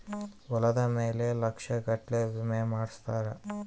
ಹೊಲದ ಮೇಲೆ ಲಕ್ಷ ಗಟ್ಲೇ ವಿಮೆ ಮಾಡ್ಸಿರ್ತಾರ